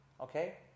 Okay